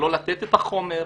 לא לתת את החומר,